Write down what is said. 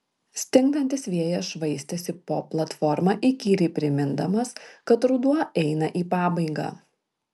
stingdantis vėjas švaistėsi po platformą įkyriai primindamas kad ruduo eina į pabaigą